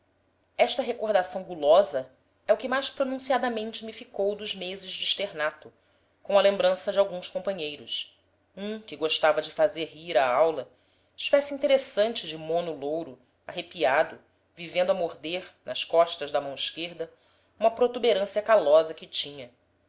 esta recordação gulosa é o que mais pronunciadamente me ficou dos meses de externato com a lembrança de alguns companheiros um que gostava de fazer rir à aula espécie interessante de mono louro arrepiado vivendo a morder nas costas da mão esquerda uma protuberância calosa que tinha